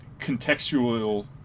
contextual